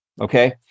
Okay